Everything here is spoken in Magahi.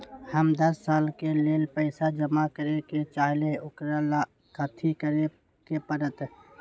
हम दस साल के लेल पैसा जमा करे के चाहईले, ओकरा ला कथि करे के परत?